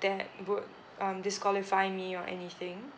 that would um disqualify me or anything